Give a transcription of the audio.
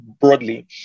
broadly